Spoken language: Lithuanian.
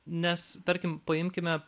nes tarkim paimkime